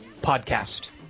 podcast